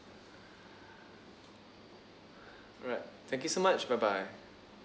alright thank you so much bye bye